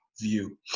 view